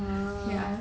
ya